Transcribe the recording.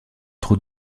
trop